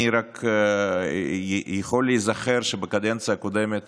אני רק יכול להיזכר שבקדנציה הקודמת